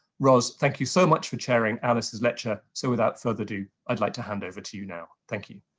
ros, thank you so much for sharing alice's lecture so without further ado, i'd like to hand over to you now thank you.